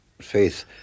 Faith